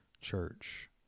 church